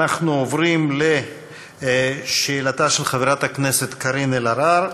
אנחנו עוברים לשאלתה של חברת הכנסת קארין אלהרר,